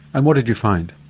and what did you find?